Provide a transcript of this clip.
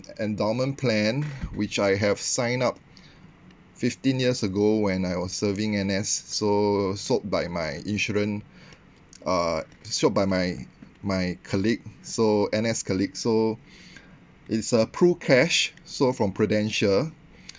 endowment plan which I have sign up fifteen years ago when I was serving N_S so sold by my insurance uh sold by my my colleague so N_S colleague so it's a prucash so from prudential